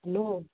hello